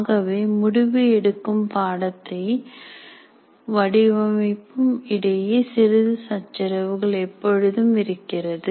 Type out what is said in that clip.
ஆகவே முடிவு எடுக்கும் பாடத்தை வடிவமைப்பும் இடையே சிறிது சச்சரவுகள் எப்பொழுதும் இருக்கிறது